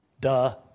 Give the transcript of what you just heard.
Duh